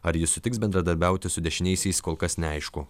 ar jis sutiks bendradarbiauti su dešiniaisiais kol kas neaišku